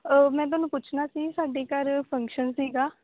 ਮੈਂ ਤੁਹਾਨੂੰ ਪੁੱਛਣਾ ਸੀ ਸਾਡੇ ਘਰ ਫੰਕਸ਼ਨ ਸੀਗਾ